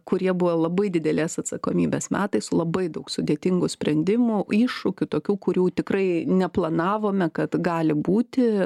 kurie buvo labai didelės atsakomybės metais su labai daug sudėtingų sprendimų iššūkių tokių kurių tikrai neplanavome kad gali būti